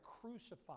crucified